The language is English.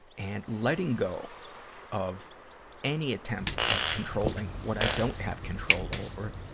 and letting go of any attempt at controlling what i don't have control over,